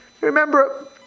remember